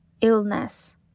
illness